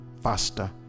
faster